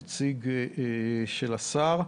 נציג של השר.